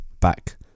back